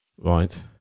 Right